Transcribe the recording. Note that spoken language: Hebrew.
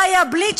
יבלית,